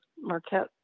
Marquette